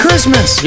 Christmas